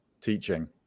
teaching